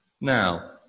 Now